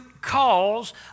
cause